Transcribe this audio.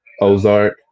Ozark